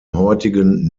heutigen